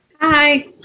Hi